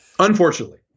Unfortunately